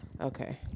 Okay